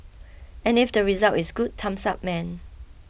and if the result is good thumbs up man